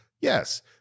Yes